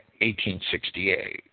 1868